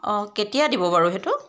অঁ কেতিয়া দিব বাৰু সেইটো